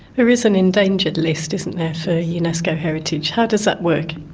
there is an endangered list isn't there for unesco heritage? how does that work?